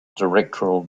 directorial